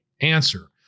Answer